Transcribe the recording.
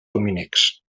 dominics